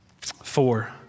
Four